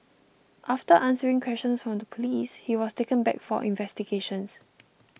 after answering questions from the police he was taken back for investigations